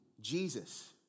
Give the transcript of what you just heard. Jesus